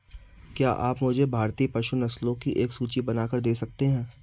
क्या आप मुझे भारतीय पशु नस्लों की एक सूची बनाकर दे सकते हैं?